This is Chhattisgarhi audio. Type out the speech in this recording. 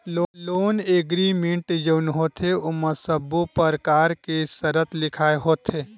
लोन एग्रीमेंट जउन होथे ओमा सब्बो परकार के सरत लिखाय होथे